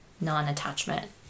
non-attachment